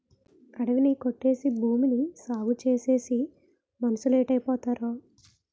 అడివి ని కొట్టేసి భూమిని సాగుచేసేసి మనుసులేటైపోతారో